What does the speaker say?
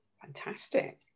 Fantastic